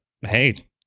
hey